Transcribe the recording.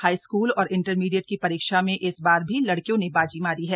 high school और intermediate की परीक्षा में इस बार भी लड़कियों ने बाजी मारी है